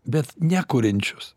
bet ne kuriančius